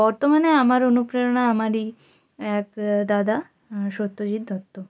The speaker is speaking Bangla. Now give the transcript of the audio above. বর্তমানে আমার অনুপ্রেরণা আমারই এক দাদা সত্যজিৎ দত্ত